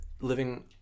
living